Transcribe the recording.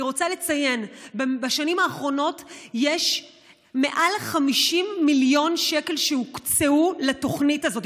אני רוצה לציין שבשנים האחרונות מעל 50 מיליון שקל הוקצו לתוכנית הזאת,